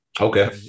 okay